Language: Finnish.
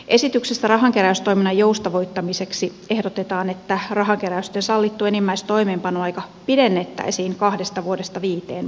esityksessä rahankeräystoiminnan joustavoittamiseksi ehdotetaan että rahankeräysten sallittu enimmäistoimeenpanoaika pidennettäisiin kahdesta vuodesta viiteen vuoteen